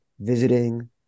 visiting